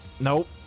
Nope